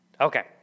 Okay